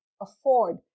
afford